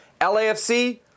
LAFC